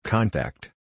Contact